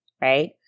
right